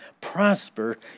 prosper